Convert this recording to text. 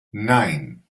nine